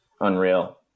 unreal